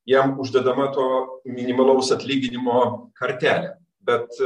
jam uždedama to minimalaus atlyginimo kartelė bet